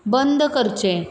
बंद करचें